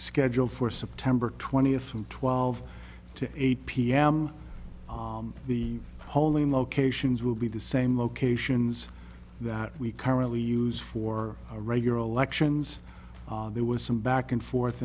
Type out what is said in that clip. scheduled for september twentieth from twelve to eight p m the holy locations will be the same locations that we currently use for regular elections there was some back and forth